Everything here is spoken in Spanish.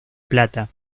plata